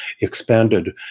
expanded